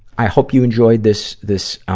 i hope you enjoyed this, this, ah,